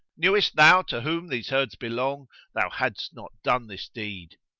knewest thou to whom these herds belong thou hadst not done this deed.